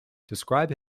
describe